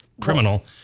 criminal